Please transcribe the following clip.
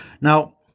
Now